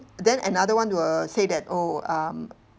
then another [one] will say that oh um